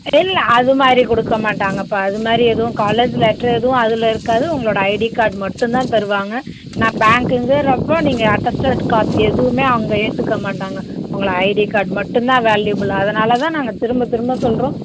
இல்லை அதுமாதிரி கொடுக்கமாட்டாங்கப்பா அதுமாதிரி எதுவும் காலேஜ் லெட்டர் எதுவும் அதில் இருக்காது உங்களோட ஐடி கார்ட் மட்டும்தான் தருவாங்க நான் பேங்க்குங்குறப்போ நீங்கள் அட்டஸ்டேட் காப்பி எதுவுமே அங்கே ஏற்றுக்க மாட்டாங்க உங்களை ஐடி கார்ட் மட்டும்தான் வேல்யூவபுல் அதனால தான் நாங்கள் திரும்ப திரும்ப சொல்லுறோம்